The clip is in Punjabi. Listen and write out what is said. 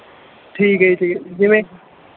ਠੀਕ ਹੈ ਜੀ ਠੀਕ ਹੈ ਜਿਵੇਂ